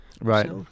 right